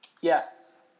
yes